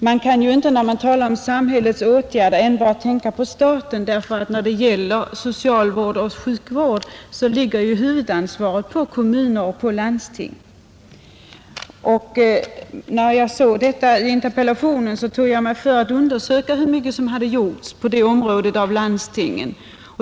Man kan inte, när man talar om samhällets åtgärder, enbart tänka på staten, därför att huvudansvaret när det gäller socialvård och sjukvård ju ligger på kommuner och landsting. När jag hade läst detta i interpellationen tog jag mig för att undersöka hur mycket som hade gjorts på det området av landstingen.